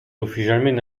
ufficialmente